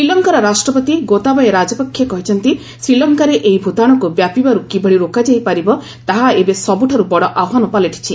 ଶ୍ରୀଲଙ୍କାର ରାଷ୍ଟ୍ରପତି ଗୋତାବୟେ ରାଜପକ୍ଷେ କହିଛନ୍ତି ଶ୍ରୀଲଙ୍କାରେ ଏହି ଭୂତାଣୁକୁ ବ୍ୟାପିବାରୁ କିଭଳି ରୋକାଯାଇପାରିବ ତାହା ଏବେ ସବୁଠାରୁ ବଡ଼ ଆହ୍ୱାନ ପାଲଟିଛି